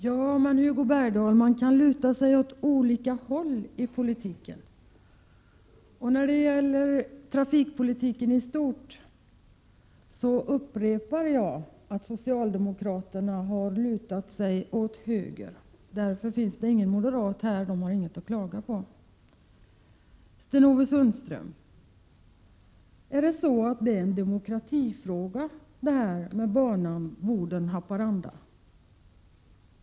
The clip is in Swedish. Herr talman! Man kan luta sig åt olika håll i politiken, Hugo Bergdahl. Jag upprepar att socialdemokraterna när det gäller trafikpolitiken i stort har lutat sig åt höger. Därför finns det ingen moderat här. De har inget att klaga på. Är frågan om banan Boden-Haparanda en demokratifråga, Sten-Ove Sundström?